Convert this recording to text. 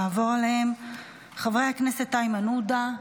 נעבור עליהן: חבר הכנסת איימן עודה,